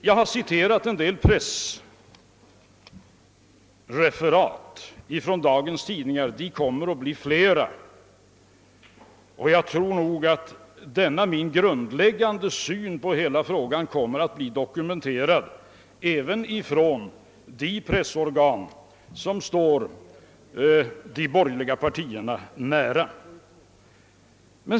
Jag har citerat en del uttalanden ur dagens tidningar — de kommer att bli flera — som stöder denna min grundläggande syn på hela frågan, och jag tror att dea kommer att bli dokumenterad även av de pressorgan scm står de borgerliga partierna nära.